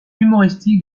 humoristique